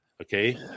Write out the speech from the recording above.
Okay